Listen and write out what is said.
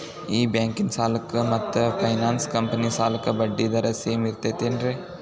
ಈ ಬ್ಯಾಂಕಿನ ಸಾಲಕ್ಕ ಮತ್ತ ಫೈನಾನ್ಸ್ ಕಂಪನಿ ಸಾಲಕ್ಕ ಬಡ್ಡಿ ದರ ಸೇಮ್ ಐತೇನ್ರೇ?